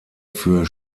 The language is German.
für